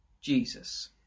Jesus